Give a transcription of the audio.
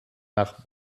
nach